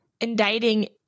indicting